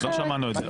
לא שמענו את זה.